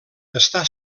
està